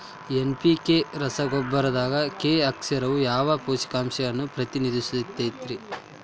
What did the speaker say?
NPK ರಸಗೊಬ್ಬರದಾಗ K ಅಕ್ಷರವು ಯಾವ ಪೋಷಕಾಂಶವನ್ನ ಪ್ರತಿನಿಧಿಸುತೈತ್ರಿ?